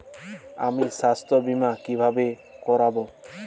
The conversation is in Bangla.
আমি স্বাস্থ্য বিমা কিভাবে করাব?